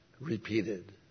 repeated